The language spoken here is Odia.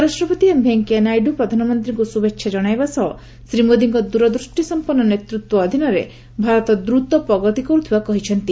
ଉପରାଷ୍ଟ୍ରପତି ଏମ୍ ଭେଙ୍କିୟା ନାଇଡୁ ପ୍ରଧାନମନ୍ତୀଙ୍କୁ ଶୁଭେଛା ଜଣାଇବା ସହ ଶ୍ରୀ ମୋଦିଙ୍କ ଦୂରଦୃଷ୍ଟିସମ୍ପନ୍ନ ନେତୃତ୍ୱ ଅଧୀନରେ ଭାରତ ଦୂଢ଼ ପ୍ରଗତି କରୁଥିବା କହିଛନ୍ତି